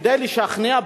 כדי לשכנע,